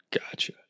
Gotcha